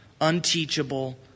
unteachable